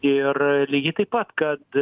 ir lygiai taip pat kad